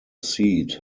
seat